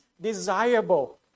desirable